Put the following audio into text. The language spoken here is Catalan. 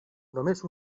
només